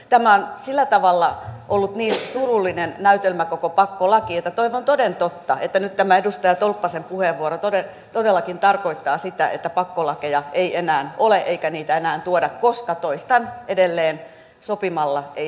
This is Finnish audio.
tämä on sillä tavalla ollut niin surullinen näytelmä koko pakkolaki että toivon toden totta että nyt tämä edustaja tolppasen puheenvuoro todellakin tarkoittaa sitä että pakkolakeja ei enää ole eikä niitä enää tuoda koska toistan edelleen sopimalla ei sanelemalla